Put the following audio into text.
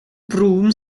broom